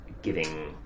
giving